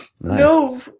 No